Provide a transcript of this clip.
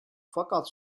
fakat